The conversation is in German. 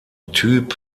typ